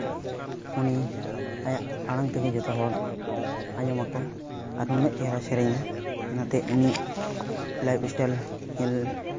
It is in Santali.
ᱩᱱᱤ ᱟᱭᱟᱜ ᱟᱲᱟᱝ ᱛᱮᱜᱮ ᱡᱚᱛᱚ ᱦᱚᱲ ᱟᱸᱡᱚᱢᱟᱠᱚ ᱟᱨ ᱱᱩᱱᱟᱹᱜ ᱪᱮᱦᱨᱟᱭ ᱥᱮᱨᱮᱧᱟ ᱚᱱᱟᱛᱮ ᱩᱱᱤᱭᱟᱜ ᱞᱟᱭᱤᱯ ᱥᱴᱟᱭᱤᱞ ᱧᱮᱞ